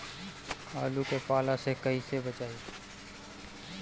आलु के पाला से कईसे बचाईब?